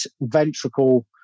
ventricle